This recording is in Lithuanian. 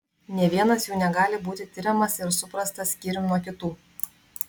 nė vienas jų negali būti tiriamas ir suprastas skyrium nuo kitų